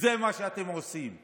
זה מה שאתם עושים ודואגים.